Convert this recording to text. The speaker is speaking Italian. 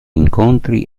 incontri